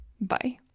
Bye